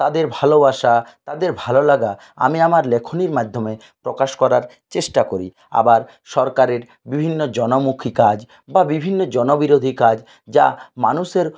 তাদের ভালোবাসা তাদের ভালোলাগা আমি আমার লেখনীর মাধ্যমে প্রকাশ করার চেষ্টা করি আবার সরকারের বিভিন্ন জনমুখী কাজ বা বিভিন্ন জন বিরোধী কাজ যা মানুষের